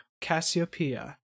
Cassiopeia